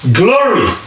glory